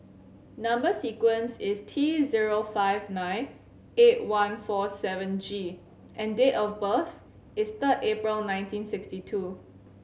number sequence is T zero five nine eight one four seven G and date of birth is third April nineteen sixty two